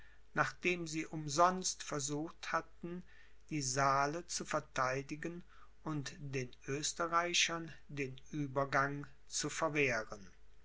nachdem sie umsonst versucht hatten die saale zu vertheidigen und den oesterreichern den uebergang zu verwehren